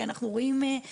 כי אתם יודעים,